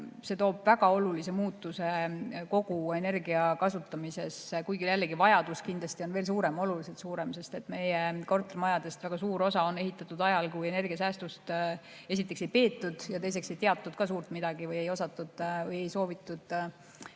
see toob väga olulise muutuse kogu energiakasutuses. Kuigi, jällegi, vajadus on kindlasti veel suurem, oluliselt suurem, sest meie kortermajadest väga suur osa on ehitatud ajal, kui energiasäästu esiteks ei peetud [oluliseks] ja teiseks ka ei teatud sellest suurt midagi. Ei osatud või ei soovitud majade